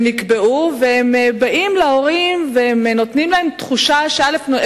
שנקבעו, והם באים להורים ונותנים להם תחושה, א.